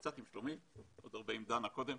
קצת עם שלומית ועוד הרבה עם דנה קודם,